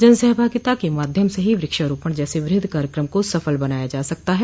जनसहभागिता के माध्यम से ही वृक्षारोपण जैसे वृहद कार्यकम को सफल बनाया जा सकता है